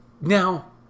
Now